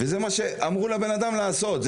זה מה שאמרו לאדם לעשות,